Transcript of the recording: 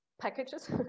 packages